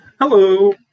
Hello